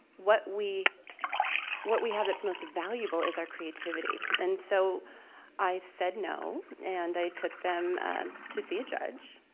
what we what we have that's most valuable is our creativity. and so i said no and i took them to see a judge,